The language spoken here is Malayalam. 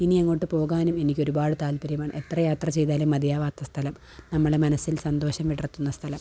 ഇനിയങ്ങോട്ട് പോകാനും എനിക്കൊരുപാട് താല്പര്യമാണ് എത്ര യാത്ര ചെയ്താലും മതിയാവാത്ത സ്ഥലം നമ്മളെ മനസിൽ സന്തോഷം വിടർത്തുന്ന സ്ഥലം